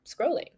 scrolling